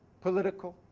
political,